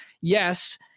yes